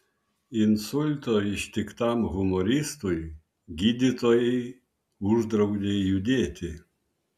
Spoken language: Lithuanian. insulto ištiktam humoristui gydytojai uždraudė judėti